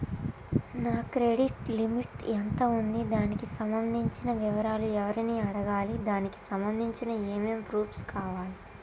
నా credit limit ఎంత ఉంది? దానికి సంబంధించిన వివరాలు ఎవరిని అడగాలి? దానికి సంబంధించిన ఏమేం ప్రూఫ్స్ కావాలి?